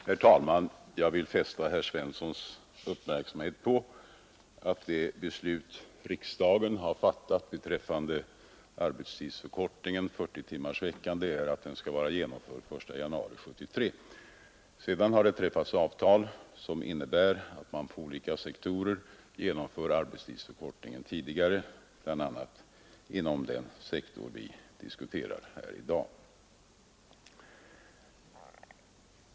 Herr talman! Jag vill fästa herr Svenssons i Malmö uppmärksamhet på att det beslut riksdagen har fattat beträffande arbetstidsförkortningen innebär att 40-timmarsveckan skall vara genomförd den 1 januari 1973. På olika sektorer har det sedan träffats avtal, som innebär att man genomför arbetstidsförkortningen tidigare, bl.a. inom den sektor vi diskuterar här i dag.